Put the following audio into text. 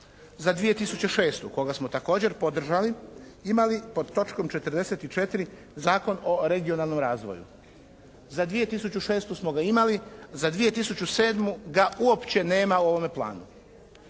za 2006. koga smo također podržali, imali pod točkom 44. Zakon o regionalnom razvoju. Za 2006. smo ga imali, za 2007. ga uopće nema u ovome planu.